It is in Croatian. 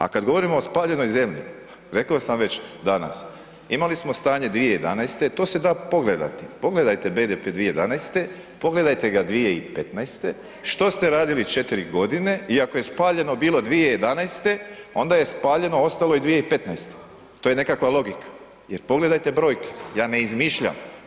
A kad govorimo o spaljenoj zemlji, rekao sav već danas, imali smo stanje 2011., to se da pogledati, pogledajte BDP 2011., pogledajte ga 2015., što ste radili 4.g. i ako je spaljeno bilo 2011. onda je spaljeno ostalo i 2015., to je nekakva logika jer pogledajte brojke, ja ne izmišljam.